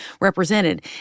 represented